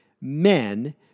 men